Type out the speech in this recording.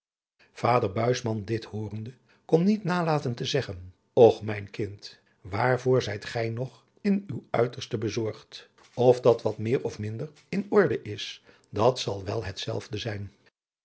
buisman dit hoorende kon niet nalaten te zeggen och mijn kind waarvoor zijt gij nog in uw uiterste bezorgd of dat wat meer of minder in orde is dat zal wel hetzelfde zijn